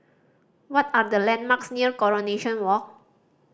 what are the landmarks near Coronation Walk